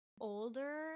older